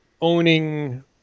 owning